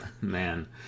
Man